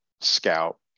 scout